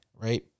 right